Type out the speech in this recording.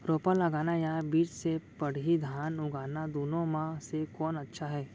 रोपा लगाना या बीज से पड़ही धान उगाना दुनो म से कोन अच्छा हे?